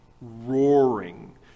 roaring